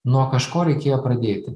nuo kažko reikėjo pradėti